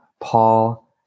Paul